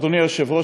אדוני היושב-ראש,